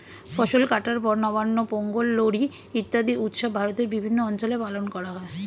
ফসল কাটার পর নবান্ন, পোঙ্গল, লোরী ইত্যাদি উৎসব ভারতের বিভিন্ন অঞ্চলে পালন করা হয়